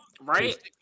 right